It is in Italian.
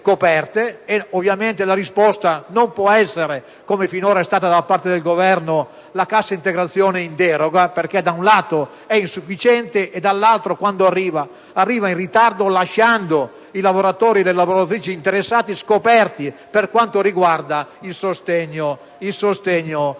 Ovviamente la risposta non può essere, come è stata finora da parte del Governo, la cassa integrazione in deroga, essendo questa da un lato insufficiente e dall'altro, quando arriva, arrivando in ritardo, lasciando i lavoratori e le lavoratrici interessati scoperti per quanto riguarda il sostegno al